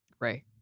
Right